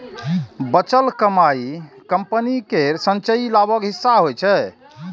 बचल कमाइ कंपनी केर संचयी लाभक हिस्सा होइ छै